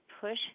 push